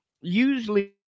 usually